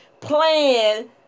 plan